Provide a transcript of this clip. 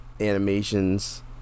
animations